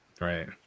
Right